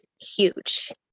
huge